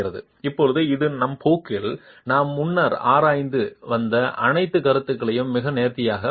இப்போது இது நம் போக்கில் நாம் முன்னர் ஆராய்ந்து வந்த அனைத்து கருத்துகளையும் மிக நேர்த்தியாகப் பிடிக்கிறது